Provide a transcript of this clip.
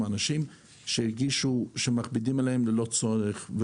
אנשים הרגישו שמכבידים עליהם ללא צורך,